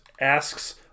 asks